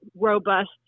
robust